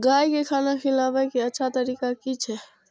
गाय का खाना खिलाबे के अच्छा तरीका की छे?